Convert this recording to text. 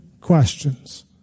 questions